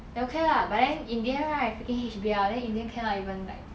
then okay lah but then in the end right freaking H_B_L in the end cannot even like